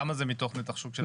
כמה זה מתוך נתח שוק של עסקים?